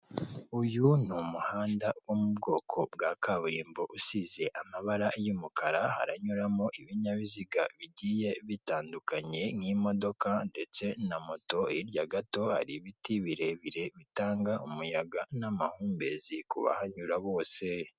Uyu ni umuhanda wo mu bwoko bwa kaburimbo usize amabara y'umukara, haranyuramo ibinyabiziga bigiye bitandukanye nk'imodoka ndetse na moto hirya gato hari ibiti birebire bitanga umuyaga n'amahumbezi ku bahanyura bose.